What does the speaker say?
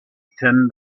ten